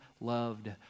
loved